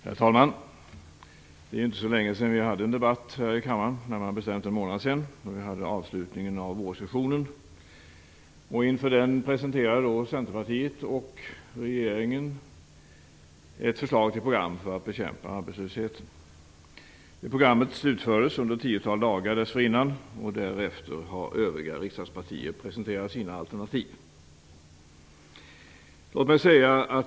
Herr talman! Det är inte så länge sedan vi hade en debatt här i kammaren, närmare bestämt en månad sedan vid avslutningen av vårsessionen. Inför den presenterade Centerpartiet och regeringen ett förslag till program för att bekämpa arbetslösheten. Programmet utarbetades under ett tiotal dagar dessförinnan, och därefter har övriga riksdagspartier presenterat sina alternativ.